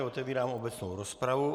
Otevírám obecnou rozpravu.